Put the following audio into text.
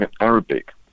Arabic